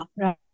right